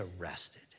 arrested